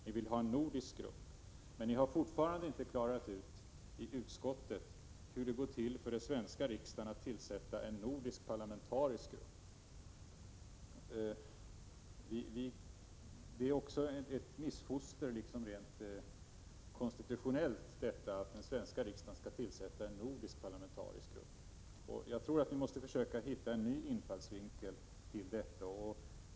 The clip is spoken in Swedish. Ni vill ha en nordisk grupp. Men ni har fortfarande inte klargjort i utskottet hur den svenska riksdagen skall kunna tillsätta en nordisk parlamentarisk grupp. Att den svenska riksdagen skulle tillsätta en nordisk parlamentarisk grupp är också ett rent konstitutionellt missfoster. Jag tror att vi måste försöka hitta en ny infallsvinkel.